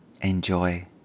enjoy